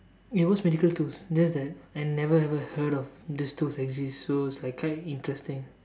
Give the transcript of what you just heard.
it was medical tools just that I never ever heard of these tools exist so it's like kind of interesting